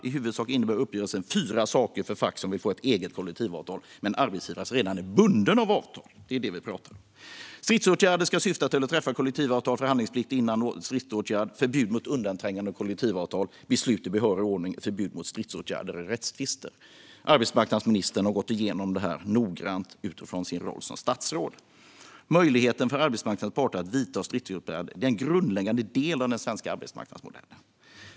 I huvudsak innebär uppgörelsen fyra saker för fack som vill få ett eget kollektivavtal med en arbetsgivare som redan är bunden av avtal, vilket är det vi pratar om: Stridsåtgärder ska syfta till att träffa kollektivavtal, och det ska vara förhandlingsplikt före stridsåtgärd, förbud mot undanträngande av kollektivavtal, beslut i behörig ordning och ett förbud mot stridsåtgärder i rättstvister. Arbetsmarknadsministern har gått igenom detta noggrant utifrån sin roll som statsråd. Möjligheten för arbetsmarknadens parter att vidta stridsåtgärder är en grundläggande del av den svenska arbetsmarknadsmodellen.